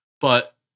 But-